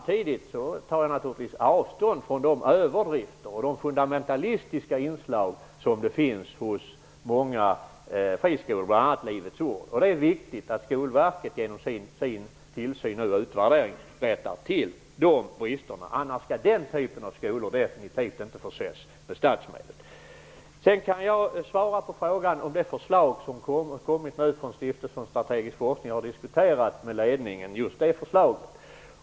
Jag tar naturligtvis avstånd från de överdrifter och de fundamentalistiska inslag som finns hos många friskolor, bl.a. i Livets Ords skolor. Det är viktigt att Skolverket genom sin tillsyn och utvärdering rättar till de bristerna. Annars skall den typen av skolor definitivt inte förses med statsmedel. Jag kan svara på frågan om det förslag som nu har kommit från Stiftelsen för strategisk forskning. Jag har diskuterat just det förslaget med ledningen.